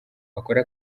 akora